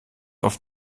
auf